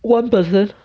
one person